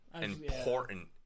important